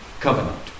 covenant